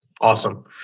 Awesome